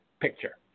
picture